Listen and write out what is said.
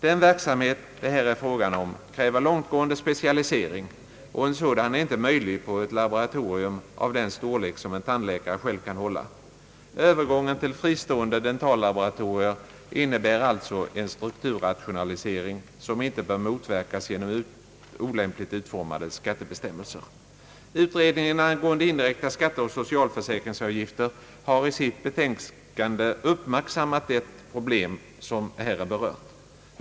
Den verksamhet det här är fråga om kräver långtgående specialisering och en sådan är inte möjlig på ett laboratorium av den storlek som en tandläkare själv kan hålla. Övergången till fristående dentallaboratorier innebär alltså en strukturrationalisering som inte bör motverkas genom olämpligt utformade skattebestämmelser. Utredningen angående indirekta skatter och socialförsäkringsavgifter har i sitt betänkande uppmärksammat det problem som här är berört.